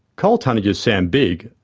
coal tonnages sound big,